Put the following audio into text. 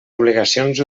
obligacions